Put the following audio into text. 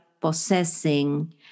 possessing